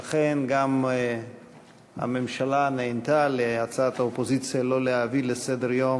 ולכן גם הממשלה נענתה להצעת האופוזיציה לא להביא לסדר-היום